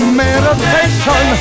meditation